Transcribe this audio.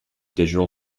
digital